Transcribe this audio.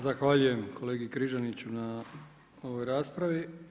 Zahvaljujem kolegi Križaniću na ovoj raspravi.